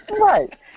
Right